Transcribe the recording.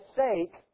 sake